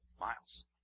Miles